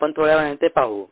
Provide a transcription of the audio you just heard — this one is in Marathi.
आपण थोड्या वेळाने ते पाहू